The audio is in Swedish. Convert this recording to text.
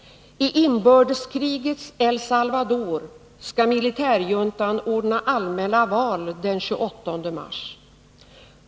I inbördeskrigets El Salvador skall militärjuntan ordna allmänna val den 28 mars.